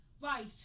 Right